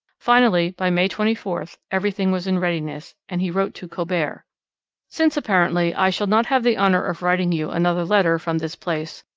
finally, by may twenty four, everything was in readiness, and he wrote to colbert since apparently i shall not have the honour of writing you another letter from this place,